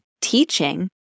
teaching